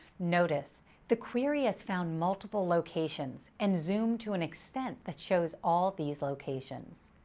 notice the query has found multiple locations, and zoomed to an extent that shows all these locations.